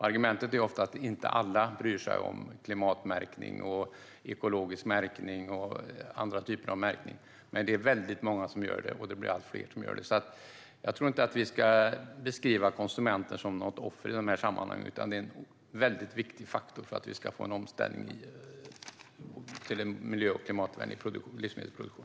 Argumentet är ofta att inte alla bryr sig om klimatmärkning, ekologisk märkning och andra typer av märkning, men det är väldigt många som gör det. De blir också allt fler. Jag tror alltså inte att vi ska beskriva konsumenterna som offer i de här sammanhangen, utan de är en viktig faktor för att vi ska få en omställning till en miljö och klimatvänlig livsmedelsproduktion.